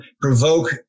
provoke